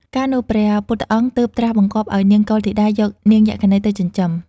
កាលនោះ ព្រះពុទ្ធអង្គ ទើបត្រាស់បង្គាប់ឲ្យនាងកុលធីតាយកនាងយក្ខិនីទៅចិញ្ចឹម។